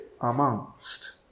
amongst